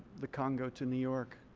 the congo to new york.